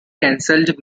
canceled